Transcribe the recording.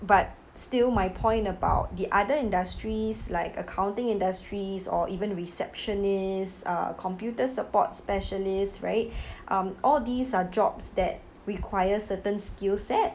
but still my point about the other industries like accounting industries or even receptionists uh computer support specialist right um all these are jobs that require certain skill set